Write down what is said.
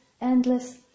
endless